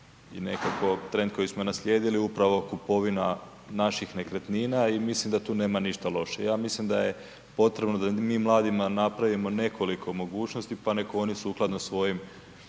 i nekako trend koji smo i naslijedili upravo kupovina naših nekretnina i mislim da tu nema ništa loše. Ja mislim da je potrebno da i mi mladima napravimo nekoliko mogućnosti pa neka oni sukladno svojim